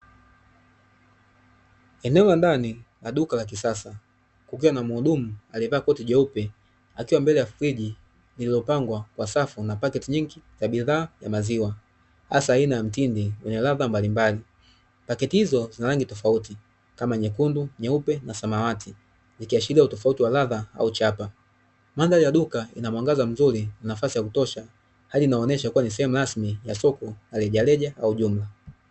Eneo la ndani la duka la kisasa kukiwa na muhudumu aliyevaa koti jeupe akiwa mbele ya jokofu liliopangwa kwa safu na pakti nyingi za bidhaa ya maziwa hasa aina ya mtindi yenye ladha mbalimbali. Pakti hizo zina rangi tofauti kama nyekundu, nyeupe na samawati ikiashiria utofauti wa ladha au chapa. Mandhari ya duka inamwangaza mzuri na nafasi ya kutosha hali inayoonyesha ni sehemu rasmi ya soko la rejareja au jumla.